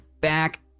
back